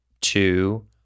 two